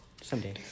Someday